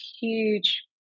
huge